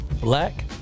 black